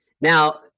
now